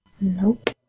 Nope